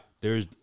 There's-